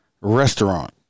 restaurant